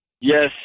Yes